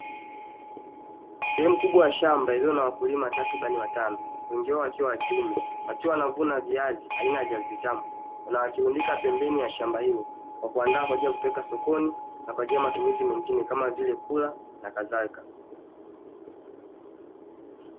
Sehemu kubwa ya shamba iliyo na wakulima takribani watano, wengi wao wakiwa wa kiume, wakiwa wanavuna viazi aina ya viazi vitamu na wakirundika pembeni ya shamba hilo kwa kuandaa kwa ajili ya kupeleka sokoni na kwa ajili ya matumizi mengine kama vile kula na kadhalika.